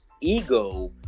ego